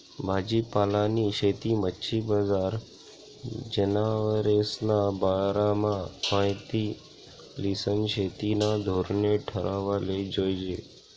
भाजीपालानी शेती, मच्छी बजार, जनावरेस्ना बारामा माहिती ल्हिसन शेतीना धोरणे ठरावाले जोयजे